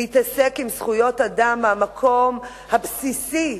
להתעסק עם זכויות אדם מהמקום הבסיסי.